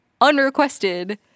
unrequested